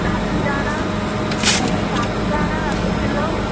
साबुदाणा साबुदाणा अधु किलो